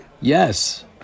Yes